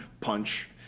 Punch